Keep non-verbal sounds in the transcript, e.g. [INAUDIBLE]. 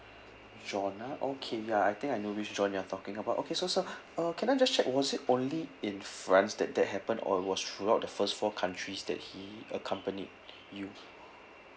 john ah okay ya I think I know which john you are talking about okay so sir [BREATH] uh can I just check was it only in france that that happened or was throughout the first four countries that he accompanied you